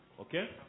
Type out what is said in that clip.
Okay